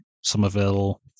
Somerville